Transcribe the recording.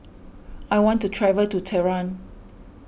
I want to travel to Tehran